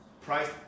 price